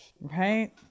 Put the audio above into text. Right